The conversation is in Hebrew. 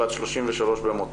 בת 33 במותה,